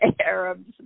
Arabs